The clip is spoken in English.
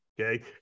okay